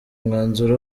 umwanzuro